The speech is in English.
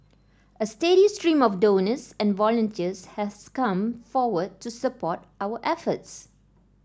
a steady stream of donors and volunteers has come forward to support our efforts